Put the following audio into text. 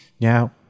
Now